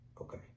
okay